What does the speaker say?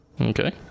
Okay